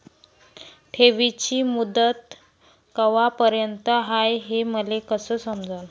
ठेवीची मुदत कवापर्यंत हाय हे मले कस समजन?